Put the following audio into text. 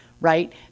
Right